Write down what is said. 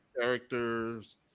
characters